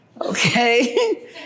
Okay